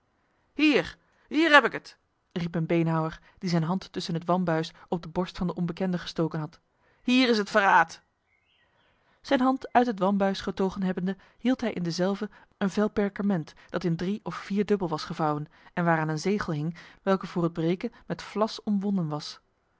hier hier heb ik het riep een beenhouwer die zijn hand tussen het wambuis op de borst van de onbekende gestoken had hier is het verraad zijn hand uit het wambuis getogen hebbende hield hij in dezelve een vel perkament dat in drie of vierdubbel was gevouwen en waaraan een zegel hing welke voor het breken met vlas omwonden was